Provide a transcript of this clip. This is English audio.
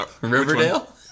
riverdale